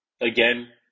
Again